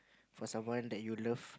for someone that you love